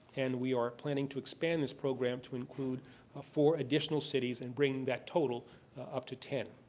and we are planning to expand this program to include ah four additional cities and bringing that total up to ten.